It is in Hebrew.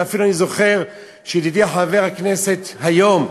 ואפילו אני זוכר שידידי חבר הכנסת היום,